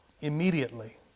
Immediately